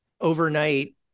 overnight